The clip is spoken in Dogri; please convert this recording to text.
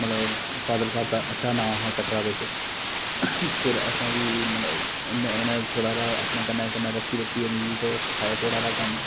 मतलब फादर साह्ब दा अच्छा नांऽ हा कटरा बिच फिर असें बी उ'नें थोह्ड़ा हारा अपने कन्नै कन्नै रक्खी रक्खियै मिं सखाया थोह्ड़ा हारा कम्म